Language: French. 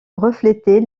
refléter